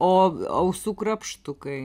o ausų krapštukai